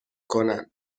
کنند